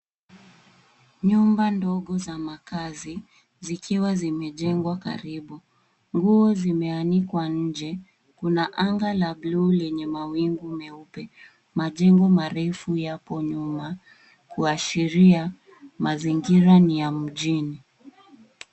Nyumba ndogo za makaazi zikiwa zimejengwa karibu. Nguo zimeanikwa nje. Kuna anga la bluu lenye mawingu meupe. Majengo marefu yapo nyuma kuashiria mazingira ni ya mjini.